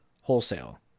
wholesale